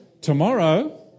Tomorrow